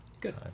Good